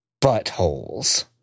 buttholes